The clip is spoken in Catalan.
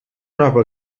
nova